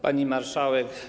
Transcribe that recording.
Pani Marszałek!